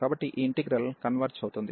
కాబట్టి ఈ integral converge అవుతుంది